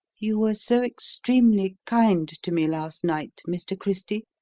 you were so extremely kind to me last night, mr. christy,